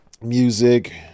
music